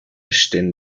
stehen